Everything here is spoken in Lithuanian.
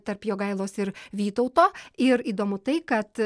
tarp jogailos ir vytauto ir įdomu tai kad